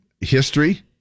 history